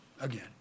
Again